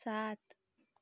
सात